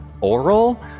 oral